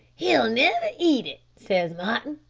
he'll niver eat it says martin.